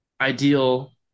ideal